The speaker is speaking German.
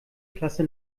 klasse